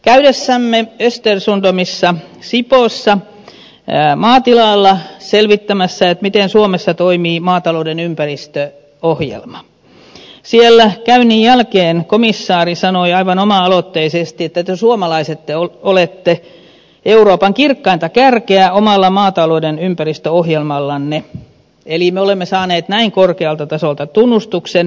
käydessämme östersundomissa sipoossa maatilalla selvittämässä miten suomessa toimii maatalouden ympäristöohjelma siellä käynnin jälkeen komissaari sanoi aivan oma aloitteisesti että te suomalaiset olette euroopan kirkkainta kärkeä omalla maatalouden ympäristöohjelmallanne eli me olemme saaneet näin korkealta tasolta tunnustuksen